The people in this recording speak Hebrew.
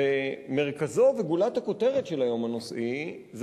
המרכז וגולת הכותרת של היום הנושאי זה